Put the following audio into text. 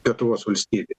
lietuvos valstybėj